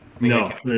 No